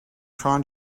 trying